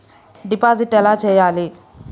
Deposit ఎలా చెయ్యాలి?